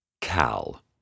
Cal